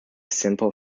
simple